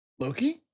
Loki